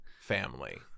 family